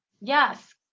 Yes